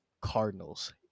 Cardinals